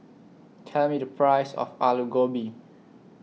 Tell Me The Price of Alu Gobi